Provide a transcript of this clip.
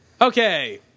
Okay